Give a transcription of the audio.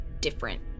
different